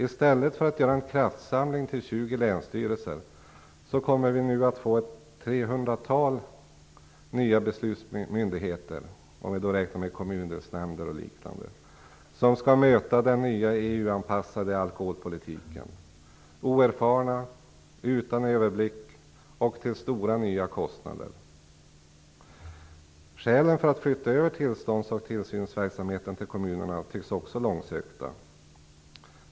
I stället för ett tjugotal länsstyrelser kommer vi nu att få ca 300 nya beslutsmyndigheter, om vi räknar med kommundelsnämnder och liknande, som skall möta den nya EU-anpassade alkoholpolitiken. De är oerfarna, har ingen överblick, och det blir nya stora kostnader. Skälen för att flytta över tillstånds och tillsynsverksamheten till kommunerna tycks också långsökta.